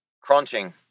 crunching